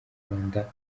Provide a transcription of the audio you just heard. rwanda